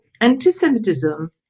Anti-Semitism